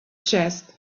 chest